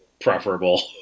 preferable